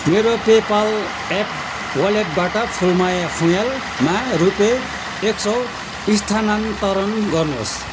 मेरो PayPal app वालेटबाट फुलमाया फुँयालमा रुपियाँ एक सौ स्थानान्तरण गर्नुहोस्